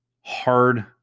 hard